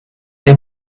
the